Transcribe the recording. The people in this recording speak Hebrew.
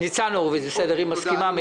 ניצן הורוביץ, בסדר, היא מסכימה.